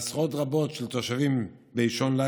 עשרות רבות של תושבים נזקקו